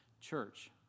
church